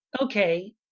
okay